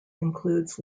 includes